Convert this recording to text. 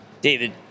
David